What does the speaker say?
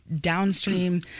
downstream